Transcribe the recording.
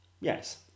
Yes